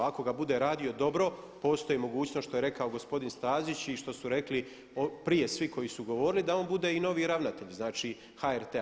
Ako ga bude radio dobro, postoji mogućnost kao što je rekao gospodin Stazić i što su rekli prije svi koji su govorili da on bude i novi ravnatelj, znači HRT-a.